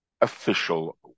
official